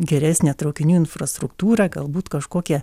geresnę traukinių infrastruktūrą galbūt kažkokią